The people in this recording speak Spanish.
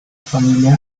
familia